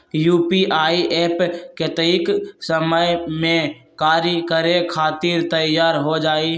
UPI app कतेइक समय मे कार्य करे खातीर तैयार हो जाई?